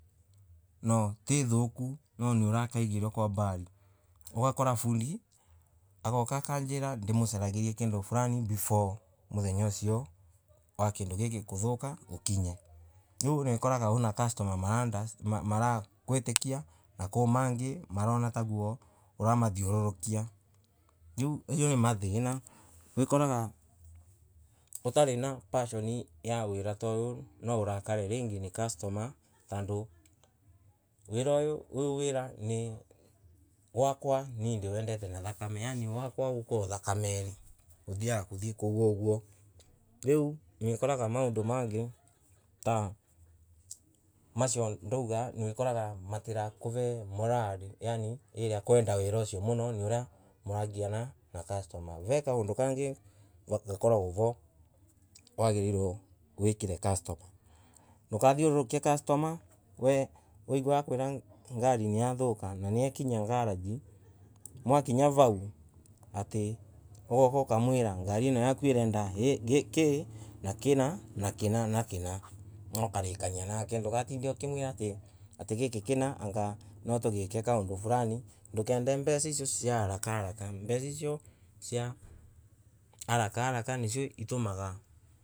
No ti ithoku no niurakaiguara kwa mbali, ogokora fundi akanjira ndimucaragarie kando flani before mutenya usiowa kando gaka kuthoka ukinye, riuokaga customamaranda maguit na kumangay marona taguo oramathiororokia, okaraga Atari passioni wa wira uyu nwa orakare ringi nicustomer tando wira uyu uyu wira ni wakwa nie ndiwendte na thakame yaani wakwa ukurwe thakameri uthiaga kuthie oguo, riu niokaraga mangay ta mau ndauga noekoraga matira kohe moresi yaani kwenda wira osio muno uria muragiana na customer, ve kaondo kangay gakoragwa vo wagirirwo wikire customer ndokathiororokie customer we waigua akwira ngar niathoka na niaki ngaraji, mwakinya vau atay ogaka okamwiro uno yaka arenda akay na kina na kina na kina na ukarikania nake, ndagat ukimwira atay gika kina onga nwa togake kaondo flani mbeca icio cia araka mbeca icio cia araka nasio ito maga.